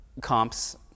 Comps